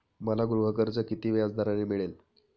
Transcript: मला गृहकर्ज किती व्याजदराने मिळेल?